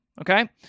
okay